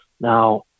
Now